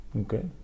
okay